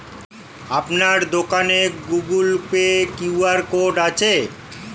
আপনার দোকানে Google Pay QR code আছে?